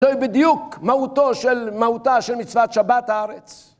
זוהי בדיוק מהותו של, מהותה של מצוות שבת הארץ.